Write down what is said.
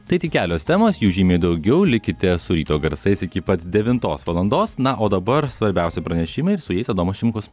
tai tik kelios temos jų žymiai daugiau likite su ryto garsais iki pat devintos valandos na o dabar svarbiausi pranešimai ir su jais adomas šimkus